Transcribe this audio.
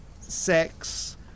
sex